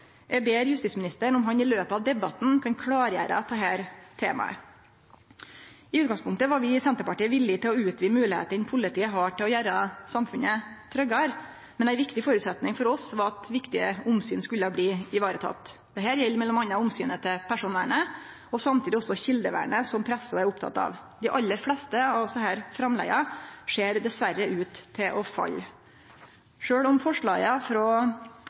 Eg ber justisministeren om at han i løpet av debatten kan klargjere dette temaet. I utgangspunktet var vi i Senterpartiet villige til å utvide moglegheitene politiet har til å gjere samfunnet tryggare, men ein viktig føresetnad for oss var at viktige omsyn skulle bli varetekne. Dette gjeld m.a. omsynet til personvernet og samtidig også kjeldevernet, som pressa er oppteken av. Dei aller fleste av desse framlegga ser dessverre ut til å falle. Sjølv om forslaget frå